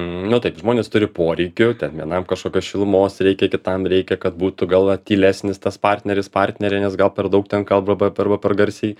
nu taip žmonės turi poreikių ten vienam kažkokios šilumos reikia kitam reikia kad būtų galva tylesnis tas partneris partnerė nes gal per daug ten kalba arba per garsiai